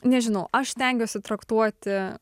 nežinau aš stengiuosi traktuoti